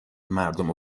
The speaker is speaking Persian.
مردمو